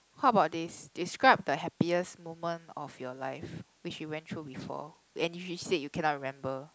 how about this describe the happiest moment of your life which you went through before and if you said you cannot remember